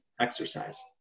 exercise